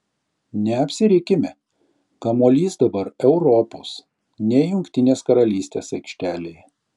neapsirikime kamuolys dabar europos ne jungtinės karalystės aikštelėje